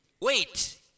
wait